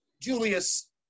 Julius